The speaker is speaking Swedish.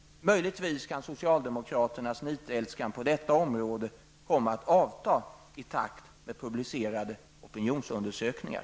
Möjligtvis kan socialdemokraternas nitälskan på detta område komma att avta i takt med publicerade opinionsundersökningar.